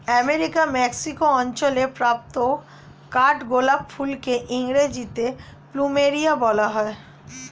আমেরিকার মেক্সিকো অঞ্চলে প্রাপ্ত কাঠগোলাপ ফুলকে ইংরেজিতে প্লুমেরিয়া বলা হয়